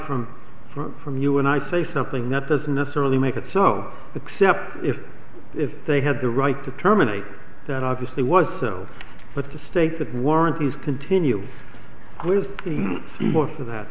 from from you and i say something that doesn't necessarily make it so except if if they had the right to terminate that obviously was so but the stakes of warranties continue group more for that